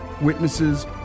witnesses